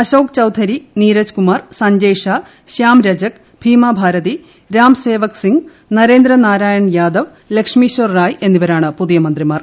അശോക് ചൌധരി നീരജ് കുമാർ സഞ്ജയ്ഷാ ശ്യാംരജക് ഭീമാഭാരതി രാംസേവക് സിംഗ് നരേന്ദ്ര നാരായൺ യാദവ് ലക്ഷ്മീശ്വർ റായ് എന്നിവരാണ് പുതിയ മന്ത്രിമാർ